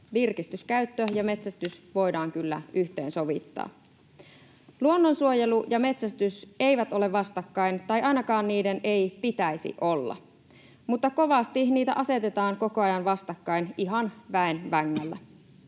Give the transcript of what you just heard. Virkistyskäyttö ja metsästys voidaan kyllä yhteensovittaa. Luonnonsuojelu ja metsästys eivät ole vastakkain, tai ainakaan niiden ei pitäisi olla, mutta kovasti niitä asetetaan koko ajan vastakkain ihan väen vängällä.